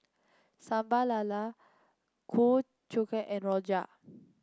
Sambal Lala Ku Chai Kueh and Rojak